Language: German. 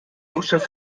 hauptstadt